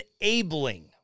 enabling